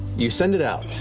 you send it out,